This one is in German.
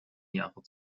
jahre